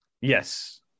Yes